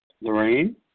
Lorraine